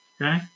okay